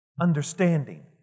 understanding